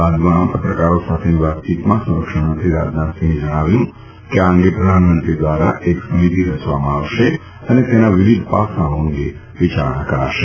બાદમાં પત્રકારો સાથેની વાતચીતમાં સંરક્ષણમંત્રી રાજનાથસિંહે જણાવ્યું કે આ અંગે પ્રધાનમંત્રી દ્વારા એક સમિતિ રચવામાં આવશે અને તેનાં વિવિધ પાસાંઓ અંગે વિચારણા કરાશે